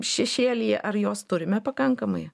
šešėlyje ar jos turime pakankamai